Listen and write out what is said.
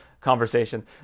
conversation